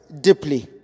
Deeply